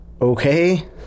okay